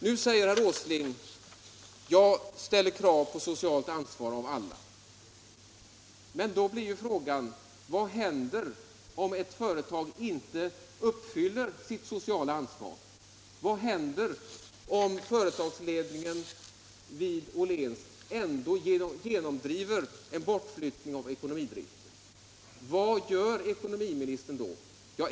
Nu säger herr Åsling att han ställer krav på socialt ansvar av alla. Men då blir frågan vad som händer om ett företag inte uppfyller sitt sociala ansvar. Vad händer om företagsledningen vid Åhléns genomdriver en bortflyttning av ekonomidriften? Vad gör industriministern då?